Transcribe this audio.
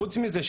חוץ מזה,